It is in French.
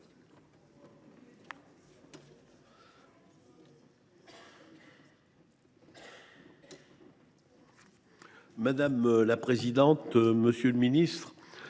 Madame la présidente, monsieur le ministre,